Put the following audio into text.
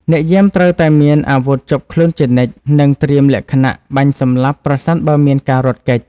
អ្នកយាមត្រូវតែមានអាវុធជាប់ខ្លួនជានិច្ច និងត្រៀមលក្ខណៈបាញ់សម្លាប់ប្រសិនបើមានការរត់គេច។